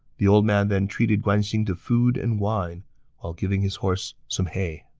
the old man then treated guan xing to food and wine while giving his horse some hay